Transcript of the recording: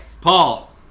Paul